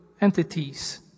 entities